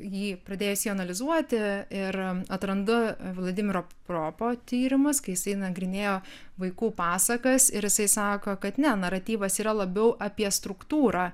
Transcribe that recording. jį pradėjusi jį analizuoti ir atrandu vladimiro propo tyrimas kai jisai nagrinėjo vaikų pasakas ir jisai sako kad ne naratyvas yra labiau apie struktūrą